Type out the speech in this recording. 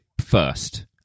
first